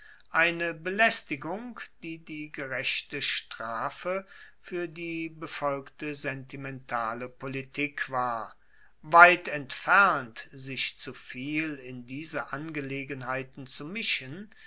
eine belaestigung die die gerechte strafe fuer die befolgte sentimentale politik war weit entfernt sich zu viel in diese angelegenheiten zu mischen